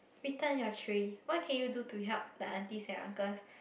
return your tray what can you do to help the aunties uncles